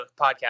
podcast